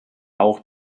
auch